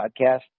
podcast